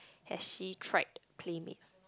has she tried Play Made